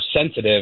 sensitive